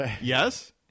yes